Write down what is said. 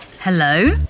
Hello